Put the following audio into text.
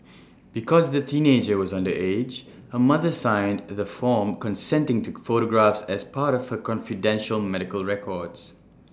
because the teenager was underage her mother signed the form consenting to photographs as part of her confidential medical records